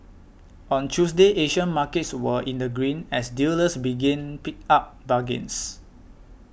on Tuesday Asian markets were in the green as dealers begin picked up bargains